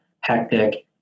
hectic